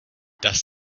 does